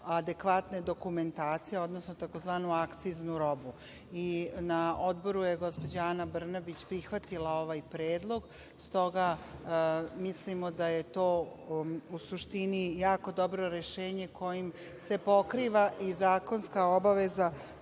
adekvatne dokumentacije, odnosno tzv. akciznu robu. I na Odboru je gospođa Ana Brnabić prihvatila ovaj predlog, s toga mislimo da je to u suštini jako dobro rešenje kojim se pokriva i zakonska obaveza